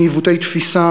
מעיוותי תפיסה,